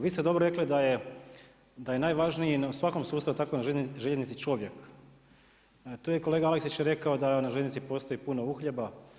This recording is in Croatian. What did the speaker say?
Vi ste dobro rekli da je najvažnije u svakom sustavu tako na željeznici čovjek, to je kolega Aleksić rekao da na željeznici postoji puno uhljeba.